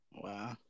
Wow